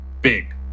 big